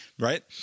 Right